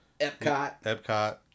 Epcot